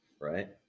Right